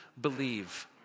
believe